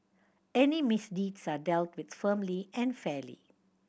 any misdeeds are dealt with firmly and fairly